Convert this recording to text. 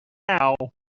now